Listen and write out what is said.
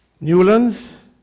Newlands